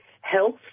health